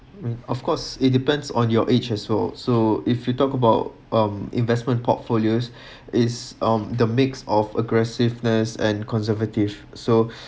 of course it depends on your age as well so if you talk about um investment portfolios is um the mix of aggressiveness and conservative so